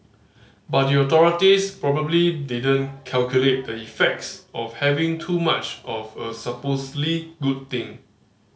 but the authorities probably didn't calculate the effects of having too much of a supposedly good thing